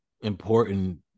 important